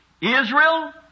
Israel